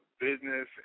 Business